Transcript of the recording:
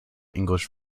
english